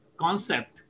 concept